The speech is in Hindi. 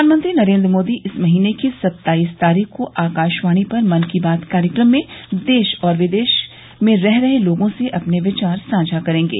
प्रधानमंत्री नरेन्द्र मोदी इस महीने की सत्ताईस तारीख को आकाशवाणी पर मन की बात कार्यक्रम में देश और विदेश में रह रहे लोगों से अपने विचार साझा करेंगे